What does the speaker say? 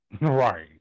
Right